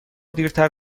دیرتر